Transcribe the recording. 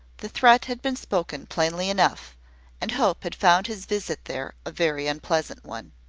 the threat had been spoken plainly enough and hope had found his visit there a very unpleasant one.